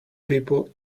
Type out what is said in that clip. people